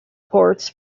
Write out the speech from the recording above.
ports